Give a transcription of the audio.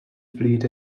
fleet